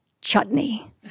chutney